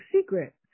secret